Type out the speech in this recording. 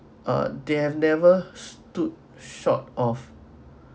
uh they've never stood short of